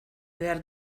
behar